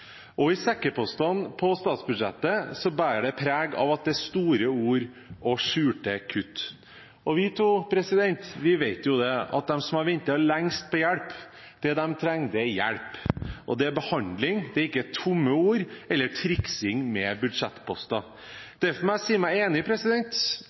i sekk. Sekkepostene på statsbudsjettet bærer preg av at det er store ord og skjulte kutt. Og vi to, president, vi vet jo at det de trenger, de som har ventet lengst på hjelp, er hjelp og behandling, ikke tomme ord eller triksing med